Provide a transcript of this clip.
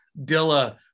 Dilla